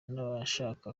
n’abashaka